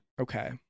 Okay